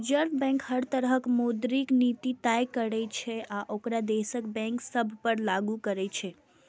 reserve bank हर तरहक मौद्रिक नीति तय करै छै आ ओकरा देशक बैंक सभ पर लागू करै छै